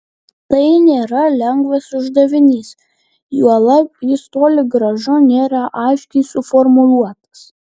tai nėra lengvas uždavinys juolab jis toli gražu nėra aiškiai suformuluotas